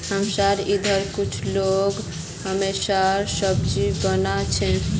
हमसार इधर कुछू लोग शलगमेर सब्जी बना छेक